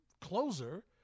closer